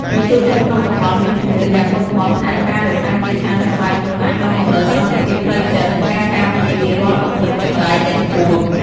ប្រជាជនក្នុងតំបន់មានជំនឿយ៉ាងមុតមាំថាការរក្សាគាថានៅក្បែរខ្លួនអាចនាំមកនូវសន្តិភាពផ្លូវចិត្ត និងការការពារពីរាល់ឧបទ្រពចង្រៃទាំងពួង។